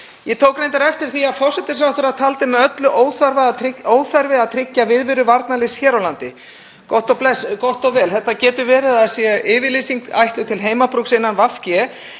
Ég tók reyndar eftir því að forsætisráðherra taldi með öllu óþarft að tryggja viðveru varnarliðs hér á landi. Gott og vel. Það getur verið að það sé yfirlýsing ætluð til heimabrúks innan VG, en